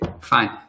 Fine